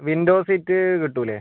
window seat കിട്ടൂല്ലേ